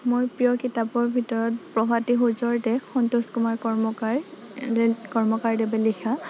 মোৰ প্ৰিয় কিতাপৰ ভিতৰত প্ৰভাতী সূৰ্যৰ দেশ সন্তোচ কুমাৰ কৰ্মকাৰ দেৱ কৰ্মকাৰদেৱে লিখা